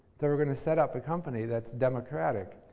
they were going to set up a company that's democratic,